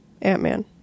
Ant-Man